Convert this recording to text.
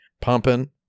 pumping